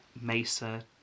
Mesa